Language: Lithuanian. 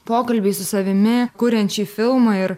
pokalbiai su savimi kuriant šį filmą ir